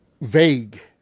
vague